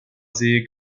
see